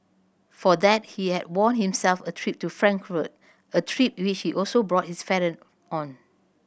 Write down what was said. for that he had won himself a trip to Frankfurt a trip which he also brought his on